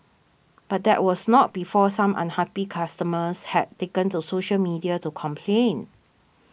but that was not before some unhappy customers had taken to social media to complain